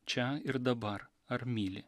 čia ir dabar ar myli